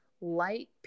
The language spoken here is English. light